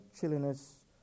chilliness